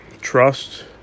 trust